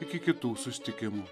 iki kitų susitikimų